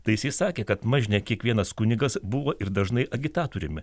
tai jisai sakė kad mažne kiekvienas kunigas buvo ir dažnai agitatoriumi